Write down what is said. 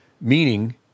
Meaning